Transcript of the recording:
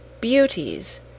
Beauties